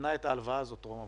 נתנה את ההלוואה הזו טרום המשבר.